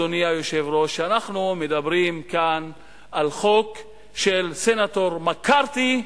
אדוני היושב-ראש: אנחנו מדברים כאן על סנטור מקארתי,